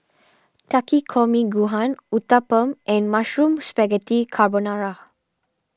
Takikomi Gohan Uthapam and Mushroom Spaghetti Carbonara